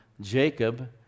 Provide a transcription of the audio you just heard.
Jacob